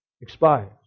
expires